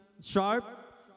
Sharp